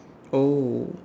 oh